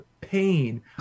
pain